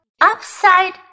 upside